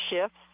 shifts